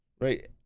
right